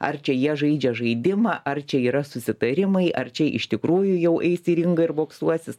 ar čia jie žaidžia žaidimą ar čia yra susitarimai ar čia iš tikrųjų jau eis į ringą ir boksuosis